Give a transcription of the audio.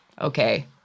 okay